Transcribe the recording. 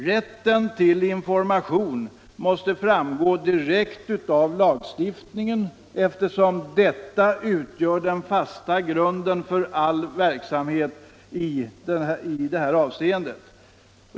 Rätten till information måste framgå direkt i lagstiftningen, eftersom detta utgör den fasta grunden för all verksamhet av detta slag.